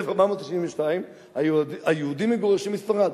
ב-1492 היהודים מגורשים מספרד.